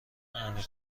عمیق